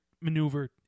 maneuver